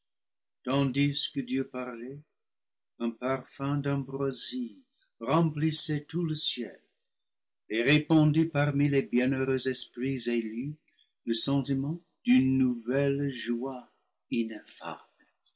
tandis que dieu parlait un parfum d'ambroisie remplissait tout le ciel et répandait parmi les bienheureux esprits élus le sentiment d'une nouvelle joie